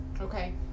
Okay